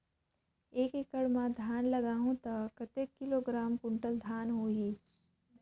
एक एकड़ मां धान लगाहु ता कतेक किलोग्राम कुंटल धान होही?